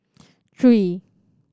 three